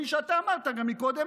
כפי שגם אתה אמרת קודם,